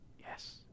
Yes